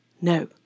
No